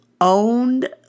owned